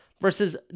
versus